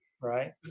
Right